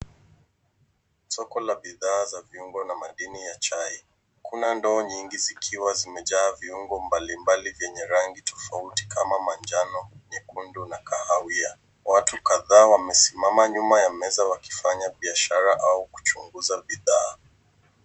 Soko la bidhaa za viungo na madini ya chai kuna ndoo nyingi zikiwa zimejaa viungo mbali mbali venye rangi tafauti kama manjano nyekundu na kahawia watu kataa wamesimama nyuma ya meza wakifanya biashara au kuchunguza bidhaa.